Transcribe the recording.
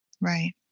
Right